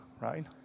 right